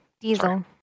Diesel